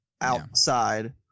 outside